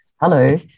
hello